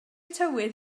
tywydd